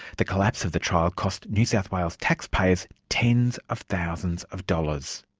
the collapse of the trial cost new south wales taxpayers tens of thousands of dollars.